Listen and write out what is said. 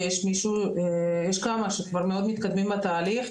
ויש כמה שכבר מאוד מתקדמים בתהליך.